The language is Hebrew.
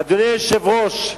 אדוני היושב-ראש,